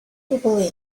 people